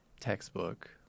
textbook